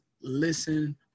listen